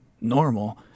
normal